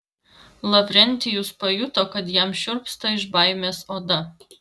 lavrentijus pajuto kad jam šiurpsta iš baimės oda